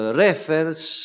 refers